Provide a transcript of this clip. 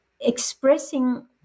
expressing